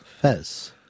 Fez